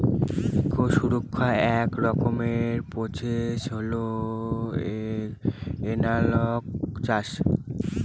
eco সুরক্ষার এক রকমের প্রসেস হল এনালগ চাষ